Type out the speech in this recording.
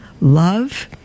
love